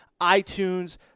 iTunes